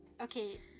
okay